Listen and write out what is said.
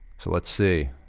so, let's see.